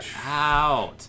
out